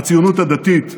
הציונות הדתית,